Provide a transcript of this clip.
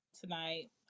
tonight